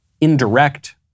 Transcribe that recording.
indirect